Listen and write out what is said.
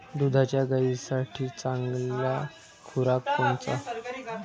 दुधाच्या गायीसाठी चांगला खुराक कोनचा?